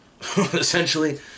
Essentially